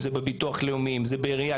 בביטוח לאומי או בעירייה,